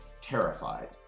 terrified